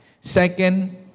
Second